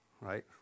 Right